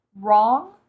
wrong